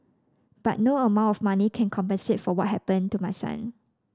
but no amount of money can compensate for what happened to my son